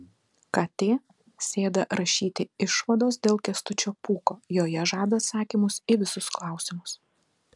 kt sėda rašyti išvados dėl kęstučio pūko joje žada atsakymus į visus klausimus